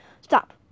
Stop